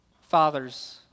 Fathers